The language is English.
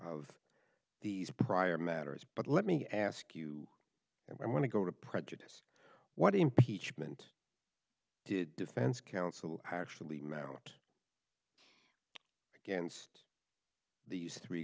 of these prior matters but let me ask you and i want to go to prejudice what impeachment did defense counsel actually met out against these three